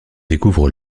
découvre